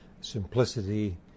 simplicity